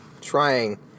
trying